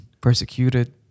persecuted